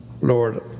Lord